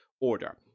order